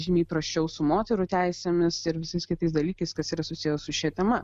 žymiai prasčiau su moterų teisėmis ir visais kitais dalykais kas yra susiję su šia tema